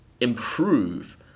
improve